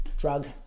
drug